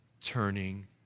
turning